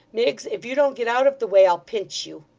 miggs, if you don't get out of the way, i'll pinch you